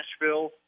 Nashville